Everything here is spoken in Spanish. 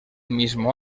mismo